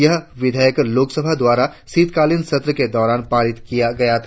यह विधेयक लोकसभा द्वारा शीतकालीन सत्र के दौरान पारित किया गया था